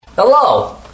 Hello